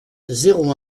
zéro